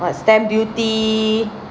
stamp duty